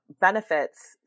benefits